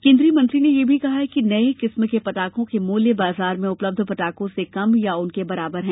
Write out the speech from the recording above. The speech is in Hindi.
केन्द्रीय मंत्री ने यह भी कहा कि नए किस्म के पटाखों को मूल्य बाजार में उपलब्ध पटाखों से कम या उनके बराबर हैं